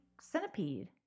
Centipede